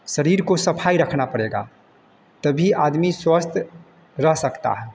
शरीर की सफ़ाई रखना पड़ेगा तभी आदमी स्वस्थ रह सकता है